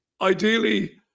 ideally